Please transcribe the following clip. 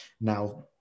now